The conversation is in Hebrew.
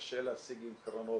קשה להשיג עם קרנות,